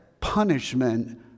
punishment